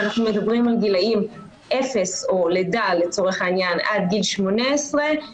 ואנחנו מדברים על גילאים 0 או לידה לצורך העניין עד גיל 18,